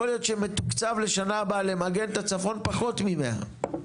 שמתוקצב בשנה הבאה למגן את הצפון פחות מ-100.